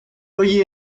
hoy